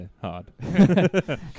hard